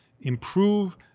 improve